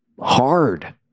hard